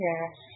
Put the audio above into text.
Yes